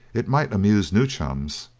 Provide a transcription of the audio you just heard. it might amuse new chums,